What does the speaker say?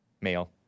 male